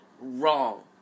Wrong